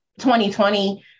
2020